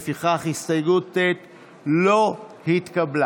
לפיכך הסתייגות ט' לא התקבלה.